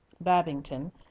Babington